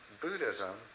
Buddhism